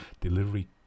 delivery